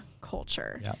culture